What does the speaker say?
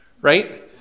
right